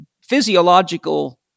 physiological